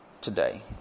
today